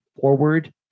forward